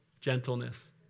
gentleness